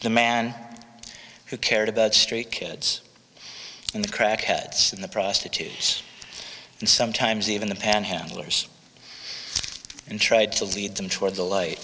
the man who cared about street kids and the crack heads in the prostitutes and sometimes even the panhandlers and tried to lead them toward the light